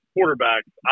quarterbacks